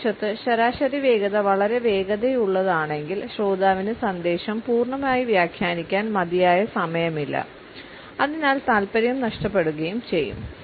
മറുവശത്ത് ശരാശരി വേഗത വളരെ വേഗതയുള്ളതാണെങ്കിൽ ശ്രോതാവിന് സന്ദേശം പൂർണ്ണമായി വ്യാഖ്യാനിക്കാൻ മതിയായ സമയമില്ല അതിനാൽ താൽപര്യം നഷ്ടപ്പെടുകയും ചെയ്യും